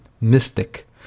mystic